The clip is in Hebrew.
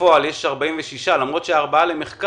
ובפועל יש 46 מכשירים, למרות שיש 4 למחקר.